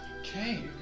Okay